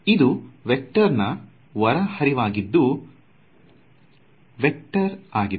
ಇದು ವೇಕ್ಟರ್ ನಾ ಹೊರ ಹರಿವಾಗಿದ್ದು ವೇಕ್ಟರ್ ಆಗಿದೆ